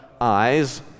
eyes